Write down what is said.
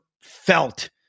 felt